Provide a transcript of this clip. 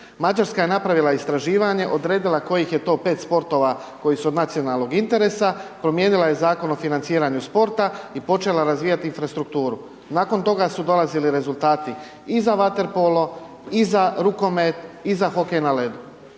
Mađarska je napravila istraživanje, odredila kojih je to 5 sportova koji su od nacionalnog interesa, promijenila je zakon o financiranju sporta i počela razvijati infrastrukturu. Nakon toga su dolazili rezultati i za vaterpolo i za rukomet i za hokej na ledu,